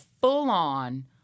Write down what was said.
full-on